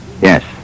Yes